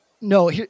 no